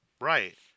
Right